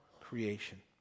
creation